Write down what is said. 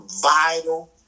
vital